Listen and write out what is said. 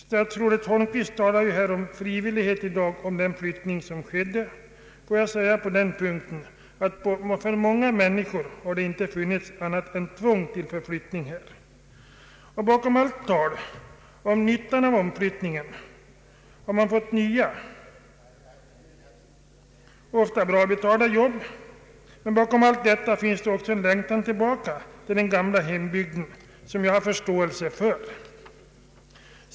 Statsrådet Holmqvist talade här i dag om den frivilliga flyttningen som ägde rum i landet. Jag vill på denna punkt säga att det för många människor här rör sig om tvångsförflyttning. Det talas också om nyttan av omflyttningen, och ofta får de som flyttat nya och bra betalda arbeten. Men bakom detta finns även en längtan tillbaka till den gamla hembygden, och jag har förståelse för denna längtan.